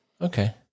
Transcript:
Okay